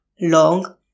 long